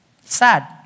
Sad